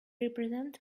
represent